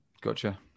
Gotcha